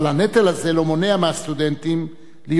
אבל הנטל הזה לא מונע מהסטודנטים להיות